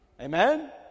Amen